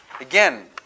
Again